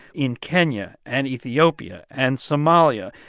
in kenya and ethiopia and somalia,